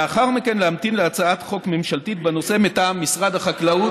לאחר מכן להמתין להצעת חוק ממשלתית בנושא מטעם משרד החקלאות,